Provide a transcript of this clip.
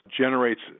generates